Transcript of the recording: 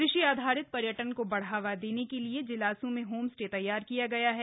कृषि आधारित र्यटन को बढ़ावा देने के लिए जिलासू में होम स्टे तैयार किया गया है